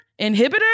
Inhibitor